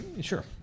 Sure